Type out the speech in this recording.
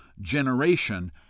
generation